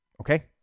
Okay